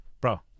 bro